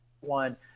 one